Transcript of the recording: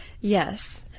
Yes